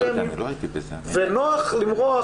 ונוח למרוח,